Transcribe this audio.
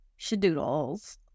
shadoodles